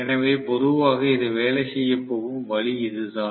எனவே பொதுவாக இது வேலை செய்யப் போகும் வழி இதுதான்